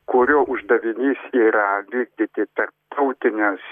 kurio uždavinys yra vykdyti tarptautines